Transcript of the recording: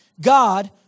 God